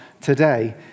today